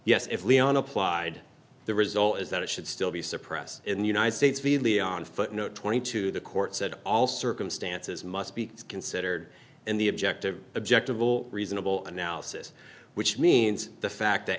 yes if leon applied the result is that it should still be suppressed in the united states v leon footnote twenty two dollars the court said all circumstances must be considered and the objective objective all reasonable analysis which means the fact that